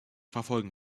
verfolgen